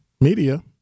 media